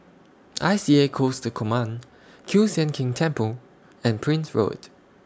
I C A Coastal Command Kiew Sian King Temple and Prince Road